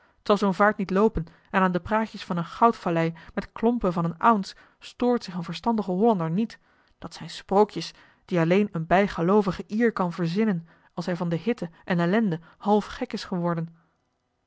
t zal zoo'n vaart niet loopen en aan de praatjes van eene goudvallei met klompen van eene once stoort zich een verstandige hollander niet dat zijn sprookjes die alleen een bijgeloovige ier kan verzinnen als hij van de hitte en ellende half gek is geworden